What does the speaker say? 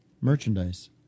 merchandise